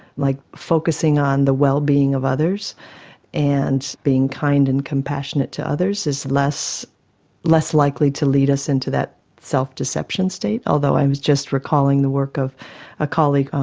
like focusing on the well-being of others and being kind and compassionate to others is less less likely to lead us into that self-deception state, although i was just recalling the work of a colleague, um